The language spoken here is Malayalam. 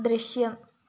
ദൃശ്യം